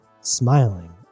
smiling